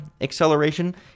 acceleration